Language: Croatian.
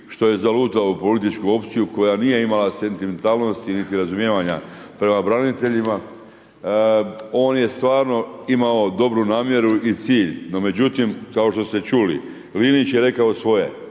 što je zalutao u političku opciju koja nije imala sentimentalnost niti razumijevanja prema braniteljima. On je stvarno imao dobru namjeru i cilj, no međutim, kao što ste čuli, Linić je rekao svoje,